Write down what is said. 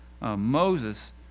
Moses